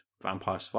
Vampire